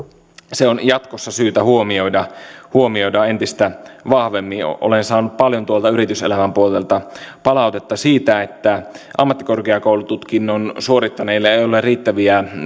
se on jatkossa syytä huomioida entistä vahvemmin olen saanut paljon yrityselämän puolelta palautetta siitä että ammattikorkeakoulututkinnon suorittaneilla ei ole riittäviä